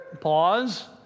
Pause